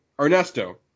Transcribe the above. Ernesto